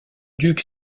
duc